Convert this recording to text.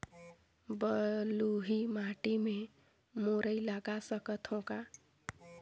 बलुही माटी मे मुरई लगा सकथव का?